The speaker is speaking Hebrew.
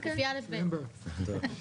בבקשה.